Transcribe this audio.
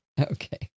Okay